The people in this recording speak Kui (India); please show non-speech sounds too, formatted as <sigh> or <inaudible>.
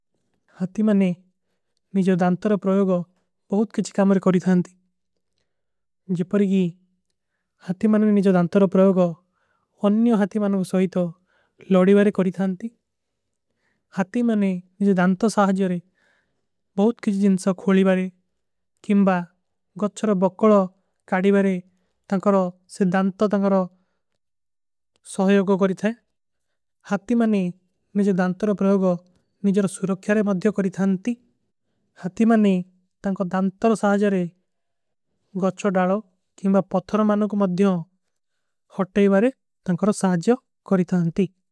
ହାତିମାନେ ନିଜଵଧାନ୍ତର ପ୍ରଯୋଗ ବହୁତ କିଚୀ କାମରେ କରିତା ହୈଂତୀ। ଜପରିଗୀ ହାତିମାନେ ନିଜଵଧାନ୍ତର ପ୍ରଯୋଗ ଅନ୍ଯୋ ହାତିମାନୋଂ ସୋହୀତୋ। ଲୋଡୀ ଵାରେ କରିତା ହୈଂତୀ ହାତିମାନେ ନିଜଵଧାନ୍ତର ସାହଜରେ ବହୁତ। କିଚୀ ଜିନସା ଖୋଲୀ ଵାରେ କିମବା ଗଚ୍ଚର ବକଲୋ କାଡୀ ଵାରେ ତଂକରୋ। ସିଦ୍ଧାନ୍ତର ତଂକରୋ ସୋହଯୋଗୋ କରିତା ହୈ ହାତିମାନେ ନିଜଵଧାନ୍ତର ପ୍ରଯୋଗ। ନିଜର ସୁରକ୍ଯାରେ ମଦ୍ଯୋ କରିତା ହୈଂତୀ। ହାତିମାନେ। <hesitation> ନିଜଵଧାନ୍ତର ପ୍ରଯୋଗ ନିଜଵଧାନ୍ତର ତଂକରୋ ସୁରକ୍ଯାରେ ମଦ୍ଯୋ କରିତା ହୈଂତୀ।